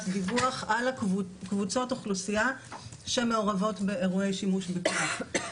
דיווח על קבוצות אוכלוסיה שמעורבות באירועי שימוש בכוח.